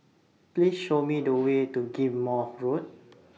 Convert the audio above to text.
Please Show Me The Way to Ghim Moh Road